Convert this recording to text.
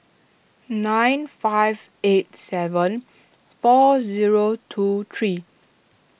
nine five eight seven four zero two three